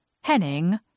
Henning